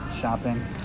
shopping